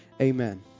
Amen